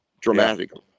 dramatically